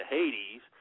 Hades